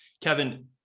Kevin